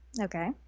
okay